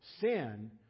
sin